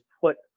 put